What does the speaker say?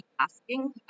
asking